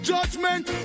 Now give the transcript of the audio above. Judgment